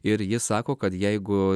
ir jis sako kad jeigu